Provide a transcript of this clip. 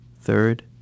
Third